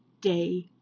day